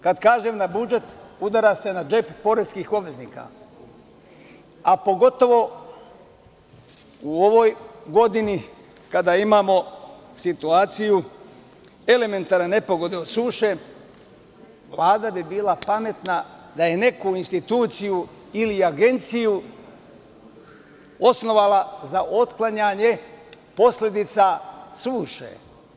Kad kažem na budžet, udara se na džep poreskih obveznika, a pogotovo u ovoj godini kada imamo situaciju elementarne nepogode od suše, Vlada bi bila pametna da je neku instituciju ili agenciju osnovala za otklanjanje posledica suše.